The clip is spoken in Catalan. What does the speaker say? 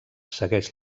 segueix